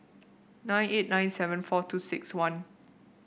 nine eight nine seven four two six one